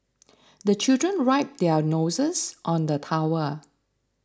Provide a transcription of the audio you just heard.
the children wipe their noses on the towel